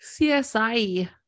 csi